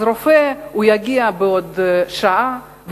אז רופא יגיע בעוד שעה,